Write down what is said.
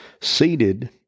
seated